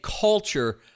culture